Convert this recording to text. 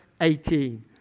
18